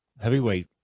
heavyweight